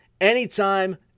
anytime